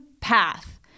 path